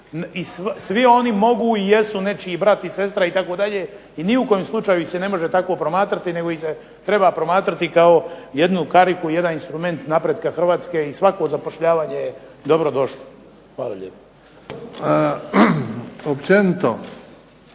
svi oni mogu i jesu nečiji brat i sestra itd. i ni u kojem slučaju ih se ne može tako promatrati nego ih se treba promatrati kao jednu kariku, jedan instrument napretka Hrvatske i svako zapošljavanje je dobrodošlo. Hvala lijepo. **Bebić,